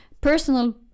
personal